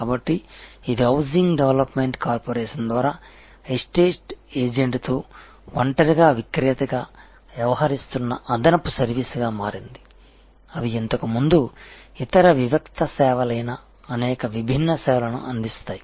కాబట్టి ఇది housing development corporation ద్వారా ఎస్టేట్ ఏజెంట్లతో ఒంటరిగా విక్రేతగా వ్యవహరిస్తున్న అదనపు సర్వీస్గా మారింది అవి ఇంతకు ముందు ఇతర వివిక్త సేవలైన అనేక విభిన్న సేవలను అందిస్తాయి